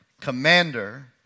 commander